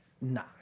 Nah